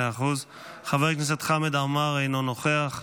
חבר הכנסת חמד עמאר, אינו נוכח,